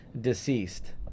deceased